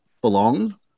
belong